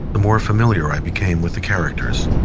the more familiar i became with the characters.